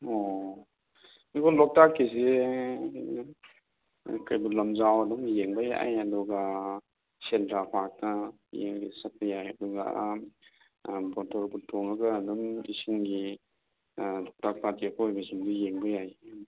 ꯑꯣ ꯃꯣꯏ ꯂꯣꯛꯇꯥꯛꯀꯤꯁꯤ ꯀꯩꯕꯨꯜ ꯂꯝꯖꯥꯎ ꯑꯗꯨꯝ ꯌꯦꯡꯕ ꯌꯥꯏ ꯑꯗꯨꯒ ꯁꯦꯟꯗ꯭ꯔꯥ ꯄꯥꯛꯇꯣ ꯌꯦꯡꯕ ꯆꯠꯄ ꯌꯥꯏ ꯑꯗꯨꯒ ꯃꯣꯇꯣꯔ ꯕꯨꯠ ꯇꯣꯡꯉꯒ ꯑꯗꯨꯝ ꯏꯁꯤꯡꯒꯤ ꯂꯣꯛꯇꯥꯛ ꯄꯥꯠꯀꯤ ꯑꯀꯣꯏꯕꯁꯤꯡꯗꯨ ꯌꯦꯡꯕ ꯌꯥꯏ